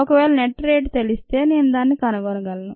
ఒకవేళ net rate తెలిస్తే నేను దానిని కనుగొనగలను